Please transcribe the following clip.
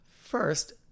First